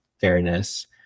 fairness